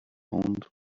would